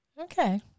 Okay